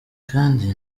kandi